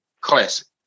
Classic